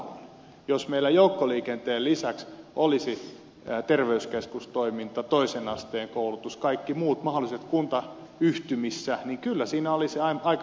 ja luoja paratkoon jos meillä joukkoliikenteen lisäksi olisi terveyskeskustoiminta toisen asteen koulutus ja kaikki muut mahdolliset kuntayhtymissä niin kyllä siinä olisi aika himmeliviidakko